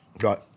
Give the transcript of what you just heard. Right